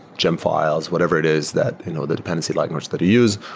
gem fi les, whatever it is that you know the dependency language that you use,